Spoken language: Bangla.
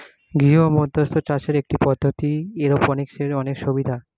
গৃহমধ্যস্থ চাষের একটি পদ্ধতি, এরওপনিক্সের অনেক সুবিধা